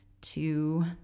two